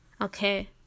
Okay